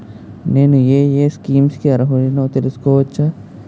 నేను యే యే స్కీమ్స్ కి అర్హుడినో తెలుసుకోవచ్చా?